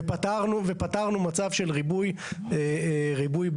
ופתרנו מצב של ריבוי בעלים.